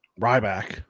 Ryback